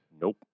Nope